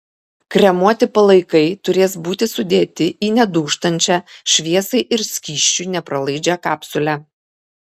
kremuoti palaikai turės būti sudėti į nedūžtančią šviesai ir skysčiui nepralaidžią kapsulę